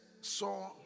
saw